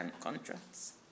contracts